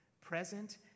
present